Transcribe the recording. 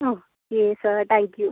okay sir thank you